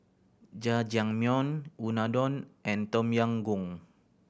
Jajangmyeon Unadon and Tom Yam Goong